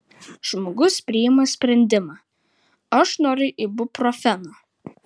žmogus priima sprendimą aš noriu ibuprofeno